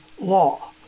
law